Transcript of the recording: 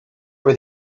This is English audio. were